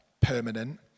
permanent